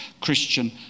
Christian